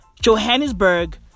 Johannesburg